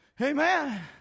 Amen